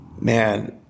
man